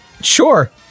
Sure